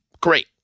Great